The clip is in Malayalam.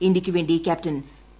ഇന്ത്യയ്ക്ക് വേണ്ടി ക്യാപ്റ്റൻ പി